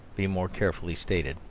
be more carefully stated.